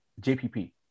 JPP